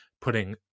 putting